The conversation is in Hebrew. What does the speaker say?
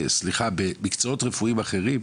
במקצועות רפואיים אחרים,